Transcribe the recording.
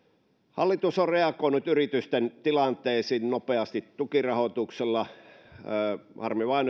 hallitus on reagoinut yritysten tilanteisiin nopeasti tukirahoituksella harmi vain